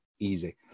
easy